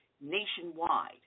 nationwide